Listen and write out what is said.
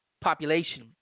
population